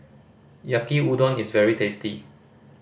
Yaki Udon is very tasty